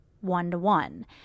one-to-one